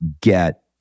get